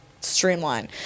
streamline